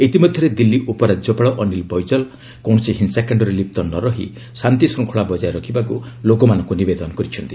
ଇତିମଧ୍ୟରେ ଦିଲ୍ଲୀ ଉପରାଜ୍ୟପାଳ ଅନୀଲ ବୈଜଲ କୌଣସି ହିଂସାକାଶ୍ଡରେ ଲିପ୍ତ ନରହି ଶାନ୍ତିଶ୍ଚିଙ୍ଗଳା ବଜାୟ ରଖିବାକୁ ଲୋକମାନଙ୍କୁ ନିବେଦନ କରିଛନ୍ତି